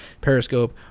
Periscope